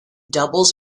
doubles